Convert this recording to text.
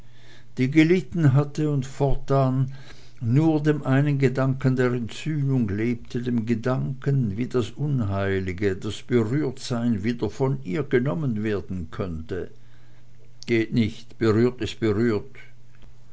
die gelitten hatte und fortan nur dem einen gedanken der entsühnung lebte dem gedanken wie das unheilige das berührtsein wieder von ihr genommen werden könne geht nicht berührt is berührt